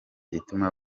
ituma